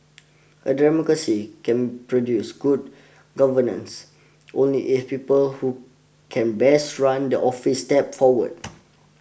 a democracy can produce good governance only if people who can best run the office step forward